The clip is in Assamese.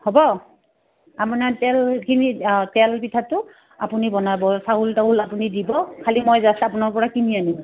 হ'ব আপোনাৰ তেলখিনি তেল পিঠাটো আপুনি বনাব চাউল তাউল আপুনি দিব খালি মই জাষ্ট আপোনাৰ পৰা কিনি আনিব